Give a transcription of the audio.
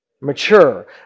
mature